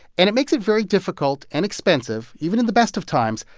and it makes it very difficult and expensive, even in the best of times,